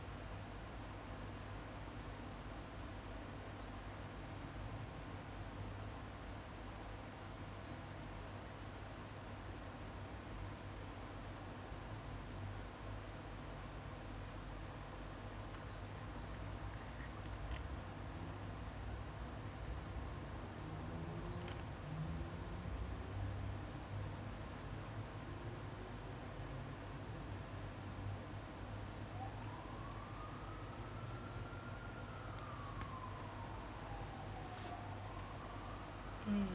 mm